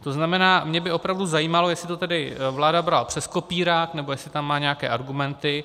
To znamená, mě by opravdu zajímalo, jestli to tedy vláda brala přes kopírák, nebo jestli tam má nějaké argumenty.